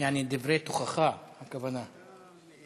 יעני דברי תוכחה, הכוונה.